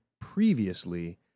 previously